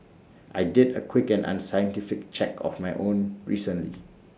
I did A quick and unscientific check of my own recently